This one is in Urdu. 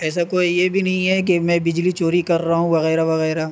ایسا کوئی یہ بھی نہیں ہے کہ میں بجلی چوری کر رہا ہوں وغیرہ وغیرہ